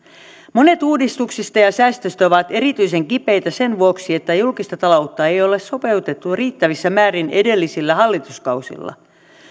monet uudistuksista ja säästöistä ovat erityisen kipeitä sen vuoksi että julkista taloutta ei ole sopeutettu riittävissä määrin edellisillä hallituskausilla